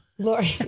Lori